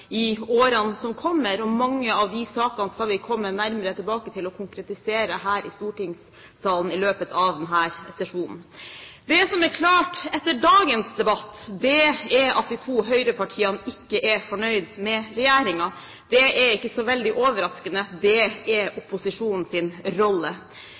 i årene som kommer. Mange av de sakene skal vi komme nærmere tilbake til og konkretisere her i stortingssalen i løpet av denne sesjonen. Det som er klart etter dagens debatt, er at de to høyrepartiene ikke er fornøyde med regjeringen. Det er ikke så veldig overraskende. Det er opposisjonens rolle.